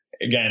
again